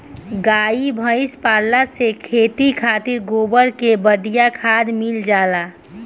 गाई भइस पलला से खेती खातिर गोबर के बढ़िया खाद मिल जाला